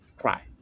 cry